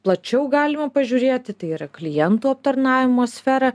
plačiau galima pažiūrėti tai yra klientų aptarnavimo sfera